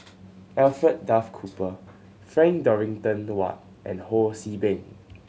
Alfred Duff Cooper Frank Dorrington Ward and Ho See Beng